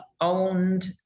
owned